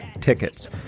tickets